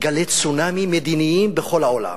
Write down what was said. גלי צונאמי מדיניים בכל העולם.